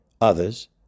others